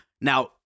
Now